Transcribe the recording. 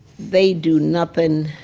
they do nothing,